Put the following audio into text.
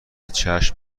چشم